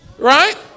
Right